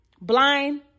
Blind